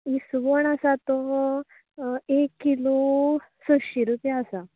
इसवण आसा तो एक किलो सयशीं रुपया आसा